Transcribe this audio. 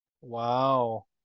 Wow